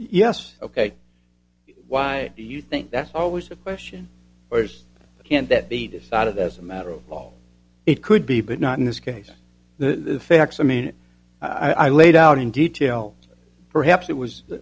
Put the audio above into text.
yes ok why do you think that's always a question or just can't that be decided as a matter of all it could be but not in this case the facts i mean i laid out in detail perhaps it was